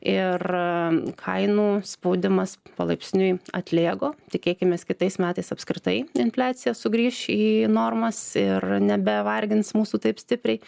ir kainų spaudimas palaipsniui atlėgo tikėkimės kitais metais apskritai infliacija sugrįš į normas ir nebevargins mūsų taip stipriai